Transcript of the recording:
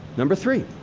number three.